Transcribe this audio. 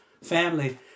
family